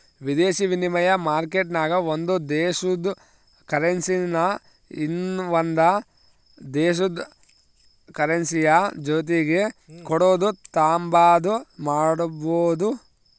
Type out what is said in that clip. ವಿದೇಶಿ ವಿನಿಮಯ ಮಾರ್ಕೆಟ್ನಾಗ ಒಂದು ದೇಶುದ ಕರೆನ್ಸಿನಾ ಇನವಂದ್ ದೇಶುದ್ ಕರೆನ್ಸಿಯ ಜೊತಿಗೆ ಕೊಡೋದು ತಾಂಬಾದು ಮಾಡ್ಬೋದು